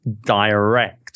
direct